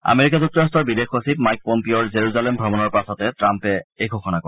America যুক্তৰাট্টৰ বিদেশ সচিব মাইক পম্পিঅ'ৰ জেৰুজালেম ভ্ৰমণৰ পাছতে শ্ৰীট্টাম্পে এই ঘোষণা কৰে